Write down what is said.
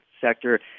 sector